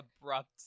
abrupt